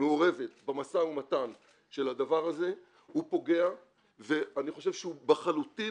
מעורבת במשא ומתן של הדבר הזה - הוא פוגע ואני חושב שהוא לחלוטין,